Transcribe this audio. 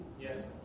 Yes